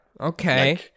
okay